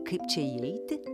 kaip čia įeiti